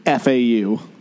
FAU